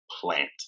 plant